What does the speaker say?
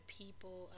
people